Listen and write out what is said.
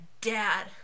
dad